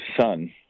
son